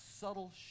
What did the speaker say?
subtle